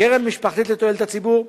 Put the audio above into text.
קרן משפחתית לתועלת הציבור,